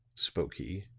spoke he,